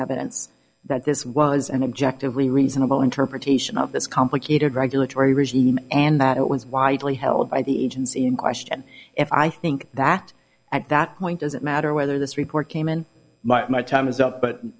evidence that this was an objective really reasonable interpretation of this complicated regulatory regime and that it was widely held by the agency in question if i think that at that point does it matter whether this report came and my time is up but